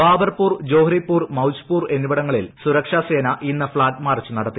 ബാബർപൂർ ജോഹ്റിപൂർ മൌജ്പൂർ എസ്സിപ്പിടങ്ങളിൽ സുരക്ഷാ സേന ഇന്ന് ഫ്ളാഗ് മാർച്ച് നടത്തി